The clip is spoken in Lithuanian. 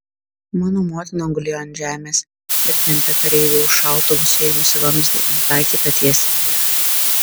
mano motina gulėjo ant žemės ir tempė kareivį už šautuvo suėmusį vamzdį nutaikytą tiesiai į ją